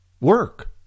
work